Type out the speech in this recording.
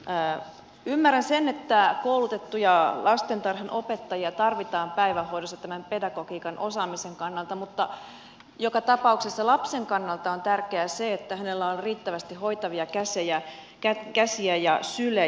ymmärrän sen että koulutettuja lastentarhanopettajia tarvitaan päivähoidossa tämän pedagogiikan osaamisen kannalta mutta joka tapauksessa lapsen kannalta on tärkeää se että hänellä on riittävästi hoitavia käsiä ja sylejä